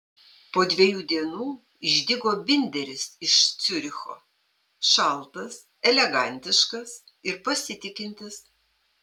po dviejų dienų išdygo binderis iš ciuricho šaltas elegantiškas ir pasitikintis